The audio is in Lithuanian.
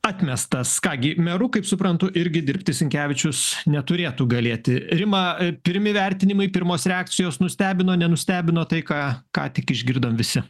atmestas ką gi meru kaip suprantu irgi dirbti sinkevičius neturėtų galėti rima pirmi vertinimai pirmos reakcijos nustebino nenustebino tai ką ką tik išgirdom visi